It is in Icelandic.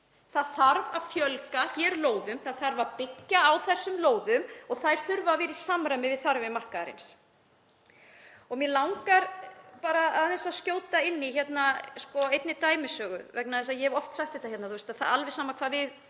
Það þarf að fjölga lóðum. Það þarf að byggja á þessum lóðum og þær þurfa að vera í samræmi við þarfir markaðarins. Mig langar aðeins að skjóta inn einni dæmisögu vegna þess að ég hef oft sagt þetta hérna, þótt við tölum okkur gráhærð og sama hvað við